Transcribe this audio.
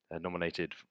Nominated